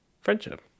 friendship